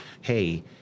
hey